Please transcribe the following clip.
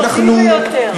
סודי ביותר.